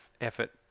effort